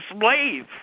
slave